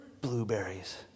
Blueberries